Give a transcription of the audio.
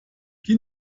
die